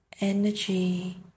energy